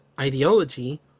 ideology